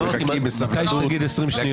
אמרתי, מתי שתגיד, 20 שניות.